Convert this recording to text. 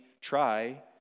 try